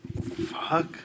Fuck